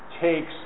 takes